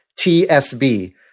TSB